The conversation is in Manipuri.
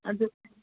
ꯑꯗꯨ